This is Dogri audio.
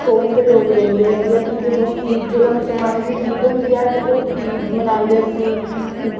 कौह्म दे लोक रौंह्दे जि'यां की जदूं ईद जदूं मुस्लमाने दी ईद होंदी ऐ ते ओह् ईद मनांदे अपनी